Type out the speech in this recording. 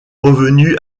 revenue